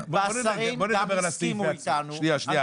וגם השרים הסכימו איתנו --- כמשרד